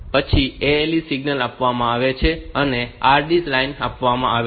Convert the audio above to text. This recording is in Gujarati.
પછી ALE સિગ્નલ આપવામાં આવે છે અને RD લાઇન આપવામાં આવે છે